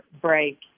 break